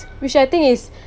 which I think is